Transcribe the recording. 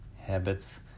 Habits